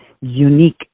unique